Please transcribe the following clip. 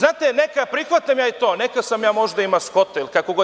Neka, prihvatam ja i to, neka sam ja možda i maskota ili kako god.